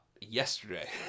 yesterday